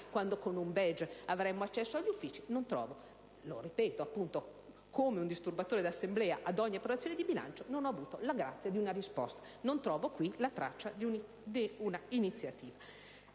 quando con un *badge* avremmo accesso agli uffici. E ripeto, come un disturbatore di Assemblea a ogni approvazione di bilancio, non ho avuto la grazia di una risposta e non trovo qui la traccia di un'iniziativa.